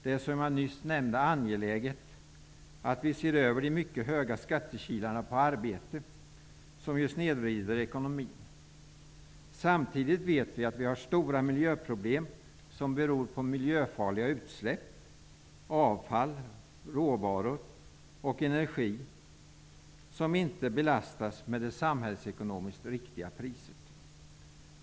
Det är som jag nyss nämnde angeläget att vi ser över de mycket höga skattekilarna på arbete som ju snedvrider ekonomin. Samtidigt vet vi att vi har stora miljöproblem som beror på att miljöfarliga utsläpp, avfall, råvaror och energi inte belastas med det samhällsekonomiskt riktiga priset.